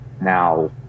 now